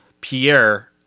Pierre